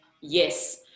Yes